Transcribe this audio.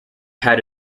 had